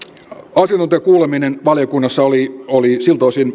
asiantuntijakuuleminen valiokunnassa oli myös rauhoittava siltä osin